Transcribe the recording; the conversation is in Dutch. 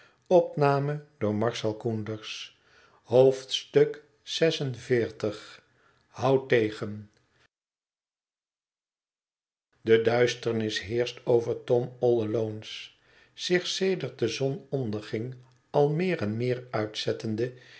tegen de duisternis heerscht over tom all alon e s zich sedert de zon onderging al meer en meer uitzettende